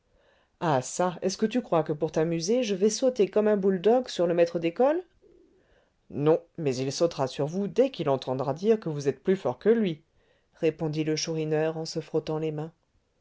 ah çà est-ce que tu crois que pour t'amuser je vais sauter comme un bouledogue sur le maître d'école non mais il sautera sur vous dès qu'il entendra dire que vous êtes plus fort que lui répondit le chourineur en se frottant les mains